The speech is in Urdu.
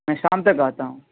میں شام تک آتا ہوں